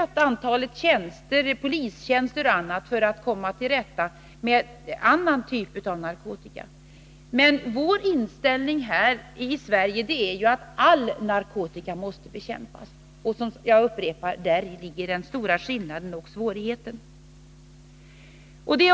Antalet tjänster, polistjänster och andra, i Danmark har ökats för att komma till rätta med annan typ av narkotika. Vår inställning här i Sverige är ju att all narkotika måste bekämpas. Däri ligger den stora skillnaden och svårigheten.